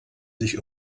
sich